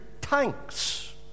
tanks